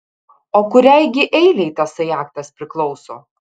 o kuriai gi eilei tasai aktas priklauso